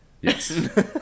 Yes